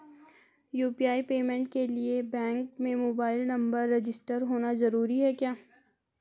UPI payment के लिए bank में मोबाइल नंबर रजिस्टर्ड होना जरूरी है क्या?